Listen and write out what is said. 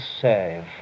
save